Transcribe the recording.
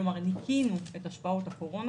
כלומר, ניקינו את השפעות הקורונה